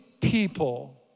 people